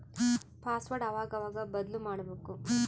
password ಅವಾಗವಾಗ ಬದ್ಲುಮಾಡ್ಬಕು